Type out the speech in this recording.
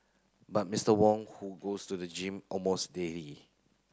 but Mister Wong who goes to the gym almost daily